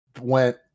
went